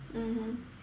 mmhmm